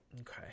Okay